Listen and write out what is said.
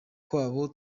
kwabo